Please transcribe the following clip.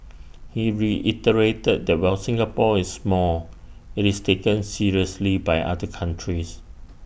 he reiterated that while Singapore is small IT is taken seriously by other countries